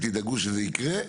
ותדאגו שזה יקרה.